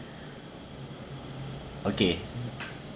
okay